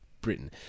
Britain